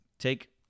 Take